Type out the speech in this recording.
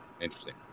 Interesting